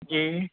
جی